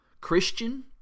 Christian